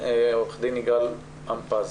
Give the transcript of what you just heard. עו"ד יגאל עם-פז.